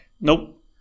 Nope